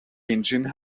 engine